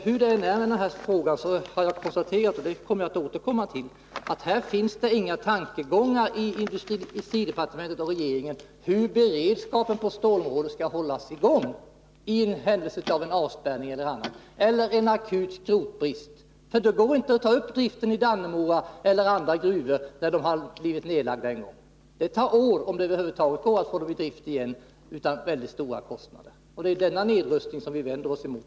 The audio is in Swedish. Hur det än är med den här saken kan jag konstatera — jag återkommer till det — att det inte finns vare sig på industridepartementet eller inom regeringen i övrigt några tankegångar, som leder till en lösning av problemet om hur beredskapen på stålområdet skall kunna hållas uppe i händelse av avspärrning eller en akut skrotbrist. Det går inte att snabbt ta upp driften igen i Dannemora eller några andra gruvor, sedan de en gång blivit nedlagda. Om det över huvud taget går så skulle det inte utan väldigt stora kostnader ta år att åter ta upp driften. Det är denna nedrustning som vi vänder oss mot.